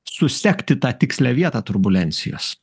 susekti tą tikslią vietą turbulencijos